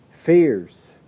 fears